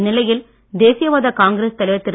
இந்நிலையில் தேசியவாத காங்கிரஸ் தலைவர் திரு